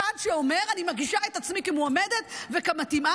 צעד שאומר: אני מגישה את עצמי כמועמדת וכמתאימה.